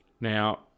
Now